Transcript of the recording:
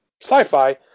sci-fi